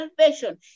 salvation